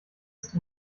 ist